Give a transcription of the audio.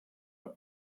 are